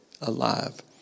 alive